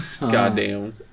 Goddamn